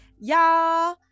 y'all